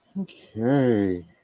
okay